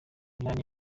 myanya